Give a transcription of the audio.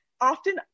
often